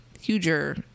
huger